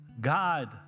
God